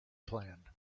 planned